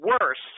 worse